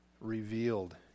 revealed